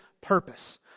purpose